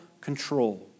control